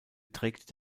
trägt